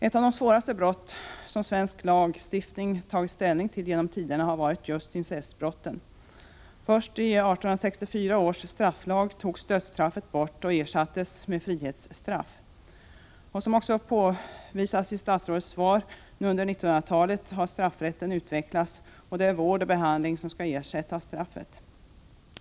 Ett av de svåraste brott som svensk lagstiftning haft att ta ställning till genom tiderna har varit just incest. Först i 1864 års strafflag togs dödsstraffet härför bort och ersattes med frihetsstraff. Som också påvisas i statsrådets svar har straffrätten nu under 1900-talet utvecklats, och det är vård och behandling som skall ersätta straffet.